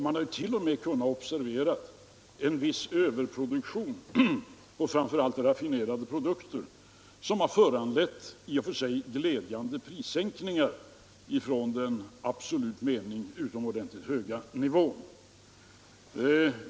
Man har t.o.m. kunnat observera en viss överproduktion på framför allt raffinerade produkter, som har föranlett i och för sig glädjande sänkningar av priset från den i åbsolut mening utomordentligt höga nivån.